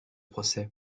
procès